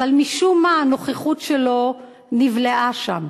אבל משום מה הנוכחות שלו נבלעה שם.